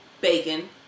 bacon